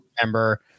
remember